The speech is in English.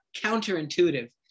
counterintuitive